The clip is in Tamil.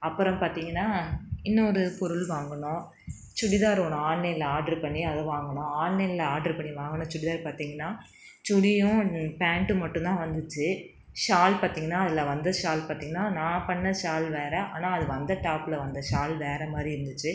அப்புறம் பார்த்திங்கனா இன்னொரு பொருள் வாங்கினோம் சுடிதார் ஒன்று ஆன்லைனில் ஆட்ரு பண்ணி அது வாங்கினோம் ஆன்லைனில் ஆட்ரு பண்ணி வாங்கின சுடிதார் பார்த்திங்கனா சுடியும் பேண்ட்டு மட்டுந்தான் வந்துச்சு ஷால் பாத்திங்கனா அதில் வந்த ஷால் பார்த்திங்கனா நான் பண்ண ஷால் வேறு ஆனால் அது வந்த டாப்பில் வந்த ஷால் வேறு மாதிரி இருந்துச்சு